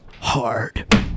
hard